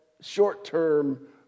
short-term